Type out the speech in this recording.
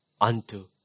unto